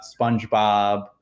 spongebob